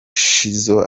shizzo